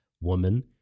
woman